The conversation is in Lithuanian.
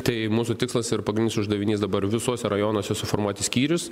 tai mūsų tikslas ir pagrindinis uždavinys dabar visuose rajonuose suformuoti skyrius